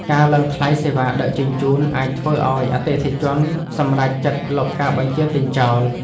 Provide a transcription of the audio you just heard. ការឡើងថ្លៃសេវាដឹកជញ្ជូន អាចធ្វើឱ្យអតិថិជនសម្រេចចិត្តលុបការបញ្ជាទិញចោល។